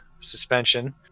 suspension